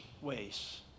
ways